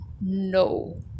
no